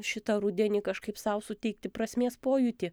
šitą rudenį kažkaip sau suteikti prasmės pojūtį